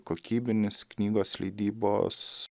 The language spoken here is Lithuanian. kokybinis knygos leidybos